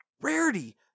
Rarity